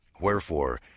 Wherefore